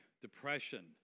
depression